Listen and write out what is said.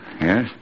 Yes